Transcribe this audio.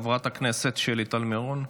חברת הכנסת שלי טל מירון,